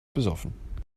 besoffen